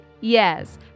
Yes